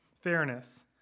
fairness